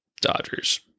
Dodgers